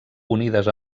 unides